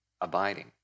abiding